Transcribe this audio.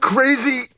Crazy